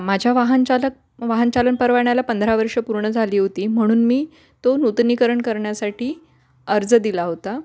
माझ्या वाहनचालक वाहनचालन परवान्याला पंधरा वर्ष पूर्ण झाली होती म्हणून मी तो नूतनीकरण करण्यासाठी अर्ज दिला होता